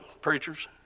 preachers